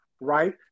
right